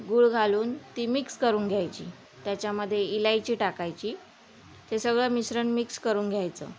गुळ घालून ती मिक्स करून घ्यायची त्याच्यामध्ये इलायची टाकायची ते सगळं मिश्रण मिक्स करून घ्यायचं